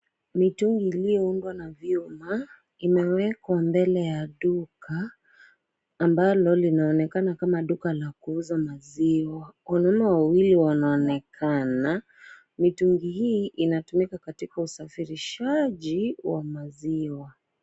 Mitungi iliyoundwa na vyuma imewekwa mbele ya duka ambalo linaonekana kama duka la kuuza maziwa. Wanaume wawili wanaonekana, mitungi hii inatumika katika usafirishaji wa maziwa.